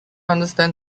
understand